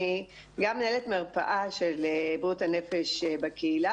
אני גם מנהלת מרפאה של בריאות הנפש בקהילה